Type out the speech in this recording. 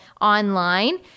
online